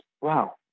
wow